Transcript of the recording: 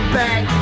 back